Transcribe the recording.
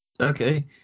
Okay